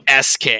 SK